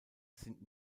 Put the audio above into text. sind